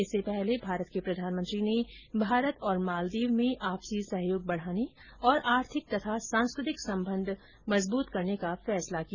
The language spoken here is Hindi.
इससे पहले भारत के प्रधानमंत्री ने भारत और मालदीव में आपसी सहयोग बढ़ाने तथा आर्थिक और सांस्कृतिक संबंध मजबूत करने का फैसला किया